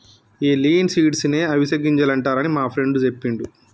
ఈ లిన్సీడ్స్ నే అవిసె గింజలు అంటారని మా ఫ్రెండు సెప్పిండు